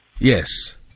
Yes